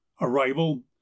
Arrival